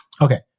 okay